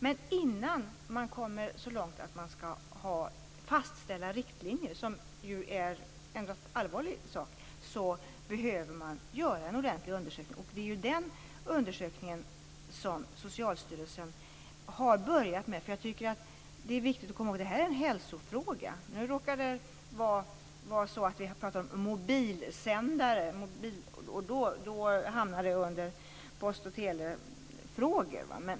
Men innan man kommer så långt att man fastställer riktlinjer - vilket ändå är en allvarlig sak - behöver man göra en ordentlig undersökning. Det är den undersökningen som Socialstyrelsen har börjat med. Det är viktigt att komma ihåg att detta är en hälsofråga. Nu råkar det vara så att vi pratar om mobilsändare, och därför hamnar det hela under post och telefrågor.